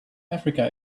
africa